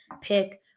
pick